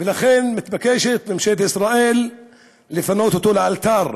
ולכן ממשלת ישראל מתבקשת לפנות אותו לאלתר.